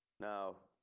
now.